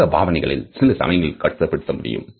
முகபாவனைகளை சில சமயங்களில் கட்டுப்படுத்த முடியும்